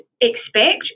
expect